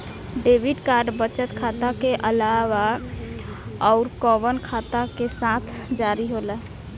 Debit card बचत खाता के अलावा अउरकवन खाता के साथ जारी होला?